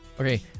Okay